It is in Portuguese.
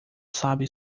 sabe